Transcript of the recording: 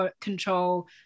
control